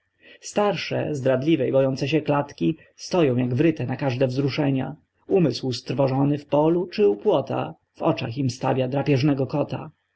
starsze zdradliwej bojące się klatki stoją jak wryte na każde wzruszenia umysł strwożony w polu czy u płota w oczach im stawia drapieżnego kota